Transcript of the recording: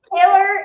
Taylor